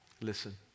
Listen